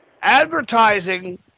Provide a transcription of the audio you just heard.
Advertising